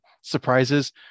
surprises